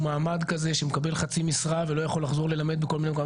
מעמד כזה שמקבל חצי משרה ולא יכול לחזור ללמד בכל מיני מקומות.